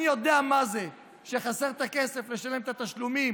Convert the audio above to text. אני יודע מה זה שחסר הכסף לשלם את התשלומים